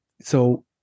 So-